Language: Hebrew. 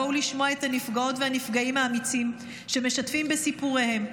בואו לשמוע את הנפגעות והנפגעים האמיצים שמשתפים בסיפוריהם,